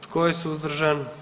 Tko je suzdržan?